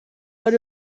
but